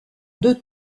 deux